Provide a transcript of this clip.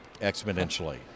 exponentially